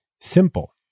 Simple